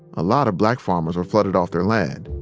a lot of black farmers were flooded off their land.